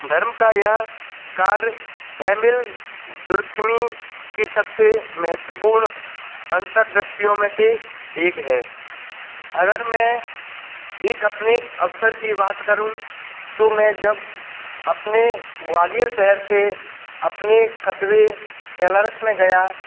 धर्म का यह कार्य एम एल दुर्खमी की सबसे महत्वपूर्ण अंतरदृष्टियों में से एक है अगर मैं एक अपने एक अवसर की बात करूँ तो मैं जब अपने ग्वालियर शहर से अपने कस्बे कैलारस में गया